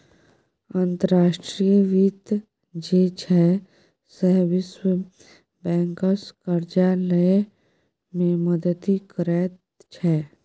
अंतर्राष्ट्रीय वित्त जे छै सैह विश्व बैंकसँ करजा लए मे मदति करैत छै